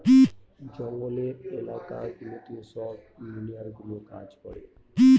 জঙ্গলের এলাকা গুলোতে সব ইঞ্জিনিয়ারগুলো কাজ করে